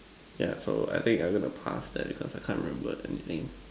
yeah so I think I'm going to pass that because I can't remember anything